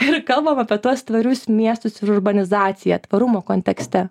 ir kalbam apie tuos tvarius miestus ir urbanizaciją tvarumo kontekste